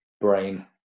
brain